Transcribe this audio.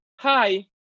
hi